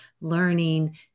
learning